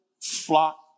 flock